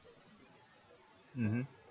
mmhmm